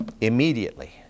Immediately